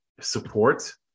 support